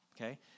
okay